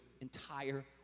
entire